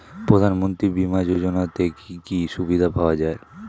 প্রধানমন্ত্রী বিমা যোজনাতে কি কি সুবিধা পাওয়া যায়?